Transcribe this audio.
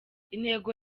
intego